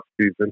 season